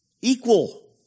equal